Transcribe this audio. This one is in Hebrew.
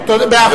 תודה רבה.